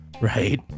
right